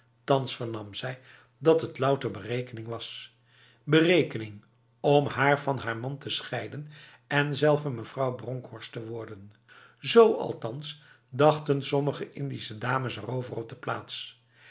thans vernam zij dat het louter berekening was berekening om haar van haar man te scheiden en zelve mevrouw bronkhorst te worden z althans dachten sommige indische dames erover op de plaats